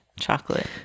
chocolate